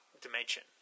dimension